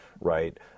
right